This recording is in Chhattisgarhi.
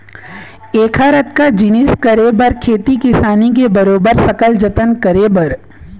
ऐकर अतका जिनिस करे बर खेती किसानी के बरोबर सकल जतन करे बर